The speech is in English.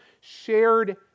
shared